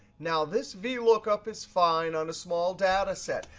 now, this vlookup is fine on a small data set.